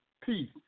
peace